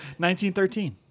1913